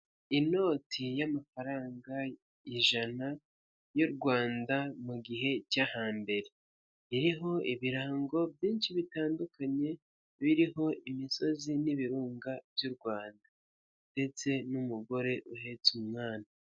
Inoti y'amafaranga ijana y'u Rwanda mu gihe cyo hambere, iriho ibirango byinshi bitandukanye, biriho imisozi n'ibirunga by'u Rwanda ndetse n'umugore uhetse umwana.